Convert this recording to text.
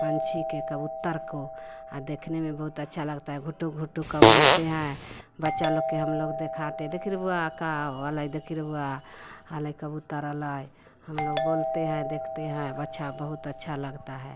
पंछी के कबूत्तर को देखने में बहुत अच्छा लगता है घुट्टू घुट्टू का बोलते हैं बच्चा लोग को हम लोग देखाते हैं देख रे वो आ का वाला देखि राऊआ हले कबूतर लाए हम लोग बोलते हैं देखते हैं बच्चा बहुत अच्छा लगता है